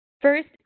First